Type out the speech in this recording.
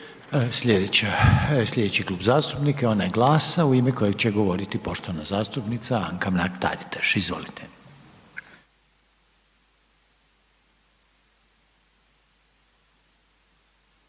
Sljedeći klub zastupnika je onaj GLAS-a u ime kojeg će govoriti poštovana zastupnica Anka Mrak Taritaš. Izvolite.